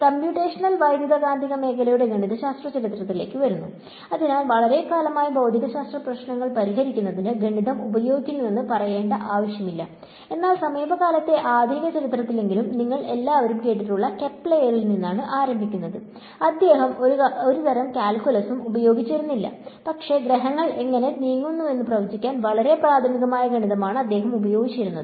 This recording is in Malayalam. കമ്പ്യൂട്ടേഷണൽ വൈദ്യുതകാന്തിക മേഖലയുടെ ഗണിതശാസ്ത്ര ചരിത്രത്തിലേക്ക് വരുന്നു അതിനാൽ വളരെക്കാലമായി ഭൌതികശാസ്ത്ര പ്രശ്നങ്ങൾ പരിഹരിക്കുന്നതിന് ഗണിതം ഉപയോഗിക്കുന്നുവെന്ന് പറയേണ്ട ആവശ്യമില്ല എന്നാൽ സമീപകാലത്തെ ആധുനിക ചരിത്രത്തിലെങ്കിലും നിങ്ങൾ എല്ലാവരും കേട്ടിട്ടുള്ള കെപ്ലറിൽ നിന്നാണ് ആരംഭിക്കുന്നത് അദ്ദേഹം ഒരു തരം കാൽക്കുലസും ഉപയോഗിച്ചില്ല പക്ഷേ ഗ്രഹങ്ങൾ എങ്ങനെ നീങ്ങുന്നുവെന്ന് പ്രവചിക്കാൻ വളരെ പ്രാഥമികമായ ഗണിതമാണ് അദ്ദേഹം ഉപയോഗിച്ചത്